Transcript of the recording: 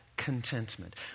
Contentment